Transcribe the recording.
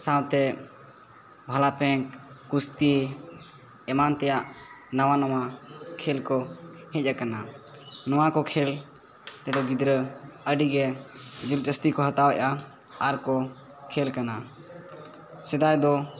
ᱥᱟᱶᱛᱮ ᱵᱷᱟᱞᱟᱯᱮᱝᱠ ᱠᱩᱥᱛᱤ ᱮᱢᱟᱱ ᱛᱮᱭᱟᱜ ᱱᱟᱣᱟ ᱱᱟᱣᱟ ᱠᱷᱮᱞ ᱠᱚ ᱦᱮᱡ ᱟᱠᱟᱱᱟ ᱱᱚᱣᱟ ᱠᱚ ᱠᱷᱮᱞ ᱨᱮᱫᱚ ᱜᱤᱫᱽᱨᱟᱹ ᱟᱹᱰᱤᱜᱮ ᱡᱤᱫᱽᱡᱟᱹᱥᱛᱤ ᱠᱚ ᱦᱟᱛᱟᱣᱮᱜᱼᱟ ᱟᱨᱠᱚ ᱠᱷᱮᱞ ᱠᱟᱱᱟ ᱥᱮᱫᱟᱭ ᱫᱚ